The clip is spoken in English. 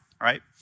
right